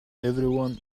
everyone